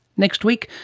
next week,